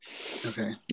okay